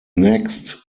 next